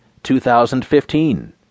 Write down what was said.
2015